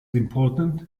important